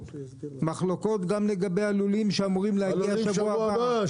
מחלוקות גם לגבי הלולים שאמורים להגיע שבוע הבא,